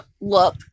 look